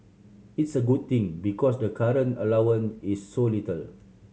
it's a good thing because the current allowance is so little